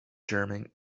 german